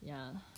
ya